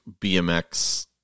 bmx